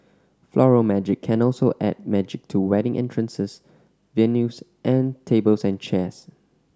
Floral Magic can also add magic to wedding entrances venues and tables and chairs